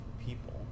people